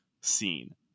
scene